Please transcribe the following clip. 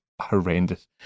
horrendous